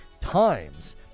times